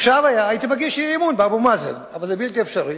הייתי מגיש אי-אמון באבו מאזן, אבל זה בלתי אפשרי.